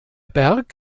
berg